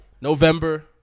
November